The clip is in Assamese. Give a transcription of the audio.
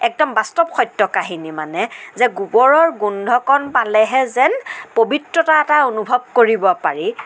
একদম বাস্তৱ সত্য কাহিনী মানে যে গোবৰৰ গোন্ধকণ পালেহে যেন পৱিত্ৰতা এটা অনুভৱ কৰিব পাৰি